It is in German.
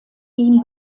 ihm